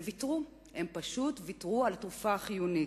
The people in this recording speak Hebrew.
הם ויתרו, הם פשוט ויתרו, על תרופה חיונית.